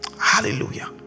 Hallelujah